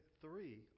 three